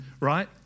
Right